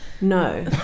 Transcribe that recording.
No